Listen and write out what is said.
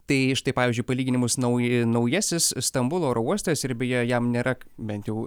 tai štai pavyzdžiui palyginimus naujai naujasis stambulo oro uostas ir beje jam nėra bent jau